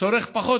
צורך פחות